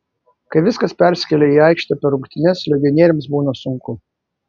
kai viskas persikelia į aikštę per rungtynes legionieriams būna sunku